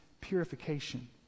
purification